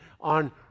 on